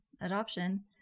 adoption